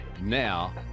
Now